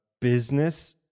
business